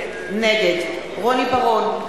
נגד רוני בר-און,